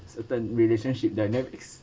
certain relationship dynamics